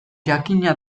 jakina